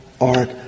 art